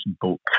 book